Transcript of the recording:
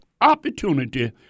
opportunity